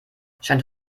scheint